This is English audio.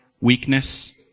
weakness